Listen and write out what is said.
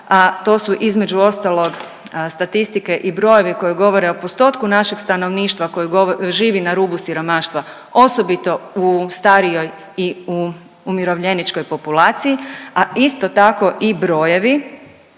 a to su između ostalog statistike i brojevi koji govore o postotku našeg stanovništva koji živi na rubu siromaštva, osobito u starijoj i u umirovljeničkoj populaciji, a isto tako i brojevi